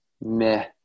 meh